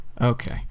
Okay